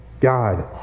God